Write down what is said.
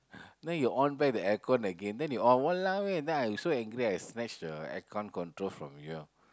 then you on back the air con again then you off !walao! eh then I so angry I snatch the air con control from you